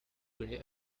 grey